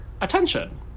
attention